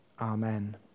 amen